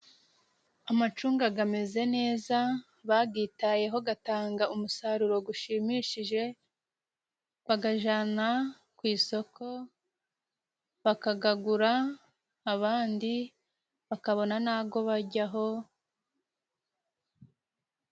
Amacunga gameze neza bagitayeho gatanga umusaruro gushimishije, bagajana ku isoko bakagagura, abandi bakabona n'ago baryaho...